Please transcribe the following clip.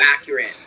accurate